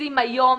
עושים היום